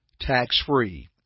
Tax-Free